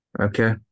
Okay